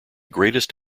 greatest